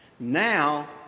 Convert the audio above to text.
Now